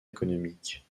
économique